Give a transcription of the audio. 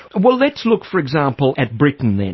well let's look for example at britain then.